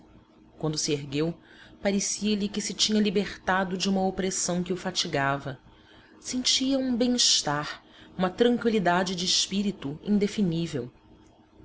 quando se ergueu parecia-lhe que se tinha libertado de uma opressão que o fatigava sentia um bem-estar uma tranqüilidade de espírito indefinível